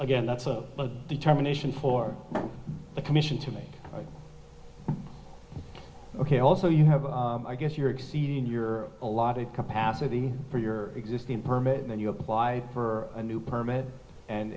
again that's a determination for the commission to make ok also you have i guess you're exceeding your allotted capacity for your existing permit and then you apply for a new permit and